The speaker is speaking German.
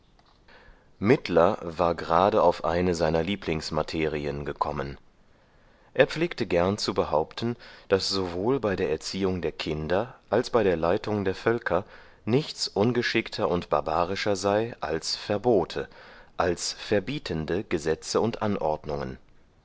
mittler war gerade auf eine seiner lieblingsmaterien gekommen er pflegte gern zu behaupten daß sowohl bei der erziehung der kinder als bei der leitung der völker nichts ungeschickter und barbarischer sei als verbote als verbietende gesetze und anordnungen